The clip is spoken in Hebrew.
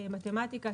מתמטיקה,